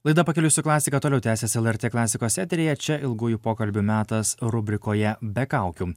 laida pakeliui su klasika toliau tęsiasi lrt klasikos eteryje čia ilgųjų pokalbių metas rubrikoje be kaukių